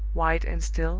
white and still,